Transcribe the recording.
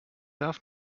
darf